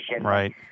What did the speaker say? Right